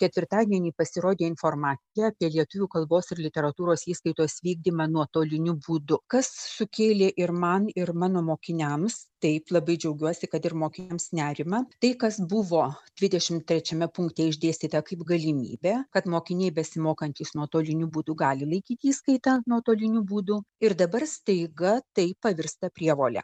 ketvirtadienį pasirodė informacija apie lietuvių kalbos ir literatūros įskaitos vykdymą nuotoliniu būdu kas sukėlė ir man ir mano mokiniams taip labai džiaugiuosi kad ir mokiniams nerimą tai kas buvo dvidešim trečiame punkte išdėstyta kaip galimybė kad mokiniai besimokantys nuotoliniu būdu gali laikyti įskaitą nuotoliniu būdu ir dabar staiga tai pavirsta prievole